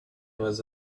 was